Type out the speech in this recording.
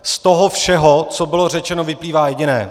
Z toho všeho, co bylo řečeno, vyplývá jediné.